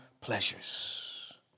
pleasures